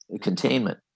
containment